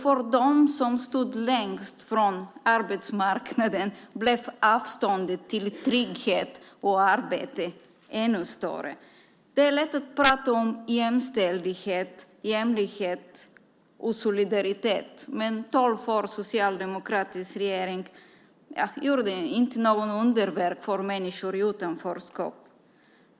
För dem som stod längst från arbetsmarknaden blev avståndet till trygghet och arbete ännu större. Det är lätt att prata om jämställdhet, jämlikhet och solidaritet, men tolv års socialdemokratisk regering gjorde inte underverk för människor i utanförskap.